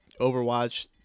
Overwatch